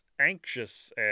anxious